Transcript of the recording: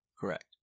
correct